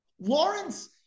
Lawrence